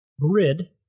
Grid